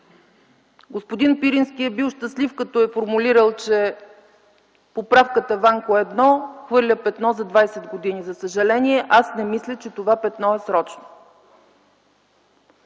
Господин Пирински е бил щастлив, като е формулирал, че поправката „Ванко 1” хвърля петно за 20 години. За съжаление, аз не мисля, че това петно е срочно.